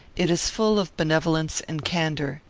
it is full of benevolence and candour.